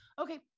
Okay